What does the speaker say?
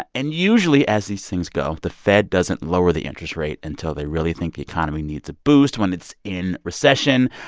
and usually, as these things go, the fed doesn't lower the interest rate until they really think the economy needs a boost, when it's in recession.